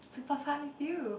super fun with you